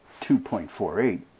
2.48